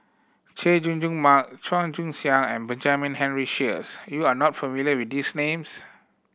Chay Jung Jun Mark Chua Joon Siang and Benjamin Henry Sheares you are not familiar with these names